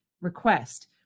request